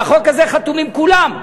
על החוק הזה חתומים כולם.